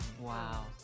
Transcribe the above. Wow